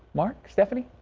mark stephanie.